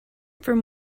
from